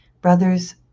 brothers